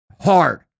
Hard